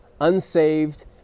unsaved